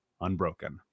unbroken